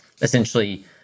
essentially